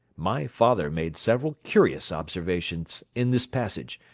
my father made several curious observations in this passage,